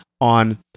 on